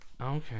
Okay